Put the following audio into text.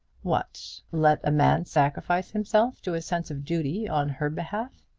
what let a man sacrifice himself to a sense of duty on her behalf!